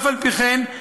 אף על פי כן,